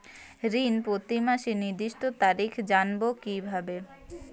ঋণ প্রতিমাসের নির্দিষ্ট তারিখ জানবো কিভাবে?